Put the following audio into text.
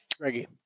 Reggie